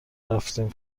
رفتیم